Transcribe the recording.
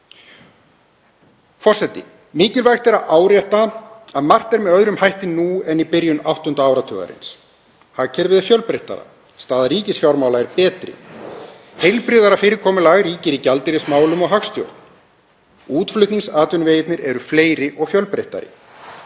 Forseti. Mikilvægt er að árétta að margt er með öðrum hætti nú en í byrjun áttunda áratugarins. Hagkerfið er fjölbreyttara, staða ríkisfjármála er betri, heilbrigðara fyrirkomulag ríkir í gjaldeyrismálum og hagstjórn og útflutningsatvinnuvegirnir eru fleiri og fjölbreyttari.